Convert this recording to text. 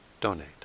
donate